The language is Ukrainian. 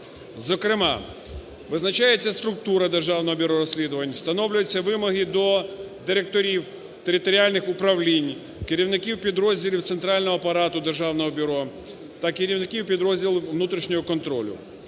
зокрема, визначається структура Державного бюро розслідувань, встановлюються вимоги до директорів територіальних управлінь, керівників підрозділів центрального апарату державного бюро та керівників підрозділу внутрішнього контролю,